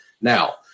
Now